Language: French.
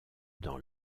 dans